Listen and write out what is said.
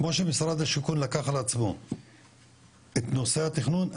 כמו שמשרד השיכון לקח על עצמו את נושא התכנון,